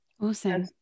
Awesome